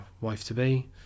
wife-to-be